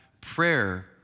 prayer